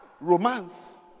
romance